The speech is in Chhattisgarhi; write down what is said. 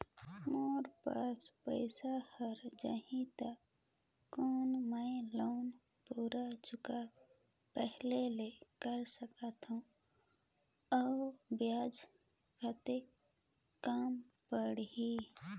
मोर पास पईसा हो जाही त कौन मैं लोन पूरा चुकता पहली ले कर सकथव अउ ब्याज कतेक कम पड़ही?